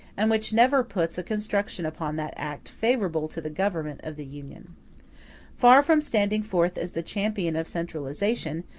and which never puts a construction upon that act favorable to the government of the union far from standing forth as the champion of centralization,